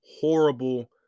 horrible